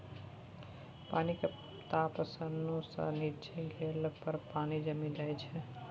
पानिक ताप शुन्ना सँ नीच्चाँ गेला पर पानि जमि जाइ छै